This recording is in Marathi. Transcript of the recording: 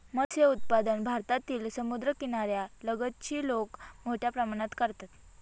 मत्स्य उत्पादन भारतातील समुद्रकिनाऱ्या लगतची लोक मोठ्या प्रमाणात करतात